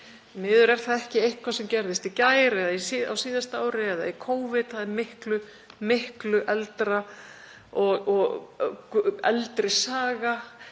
miður er það ekki eitthvað sem gerðist í gær eða á síðasta ári eða í Covid. Það er miklu eldri saga